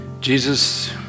Jesus